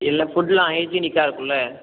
இல்லை ஃபுட்லாம் ஹைஜீனிக்காக இருக்கும்இல்ல